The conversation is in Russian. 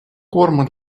корм